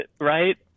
right